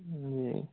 जी